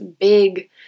big